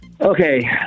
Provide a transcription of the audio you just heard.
Okay